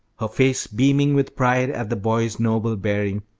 her face beaming with pride at the boy's noble bearing,